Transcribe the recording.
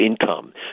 income